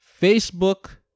Facebook